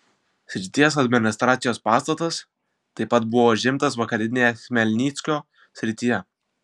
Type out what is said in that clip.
srities administracijos pastatas taip pat buvo užimtas vakarinėje chmelnyckio srityje